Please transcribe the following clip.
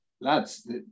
lads